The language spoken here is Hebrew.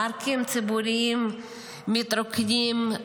פארקים ציבוריים מתרוקנים,